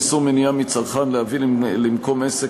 איסור מניעה מצרכן להביא למקום עסק